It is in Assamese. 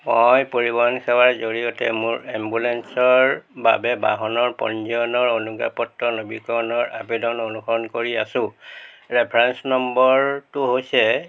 মই পৰিবহণ সেৱাৰ জৰিয়তে মোৰ এম্বুলেন্সৰ বাবে বাহনৰ পঞ্জীয়নৰ অনুজ্ঞাপত্ৰ নৱীকৰণৰ আবেদন অনুসৰণ কৰি আছো ৰেফাৰেন্স নম্বৰটো হৈছে